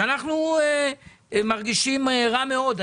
שאנחנו מרגישים רע מאוד.